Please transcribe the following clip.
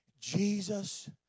Jesus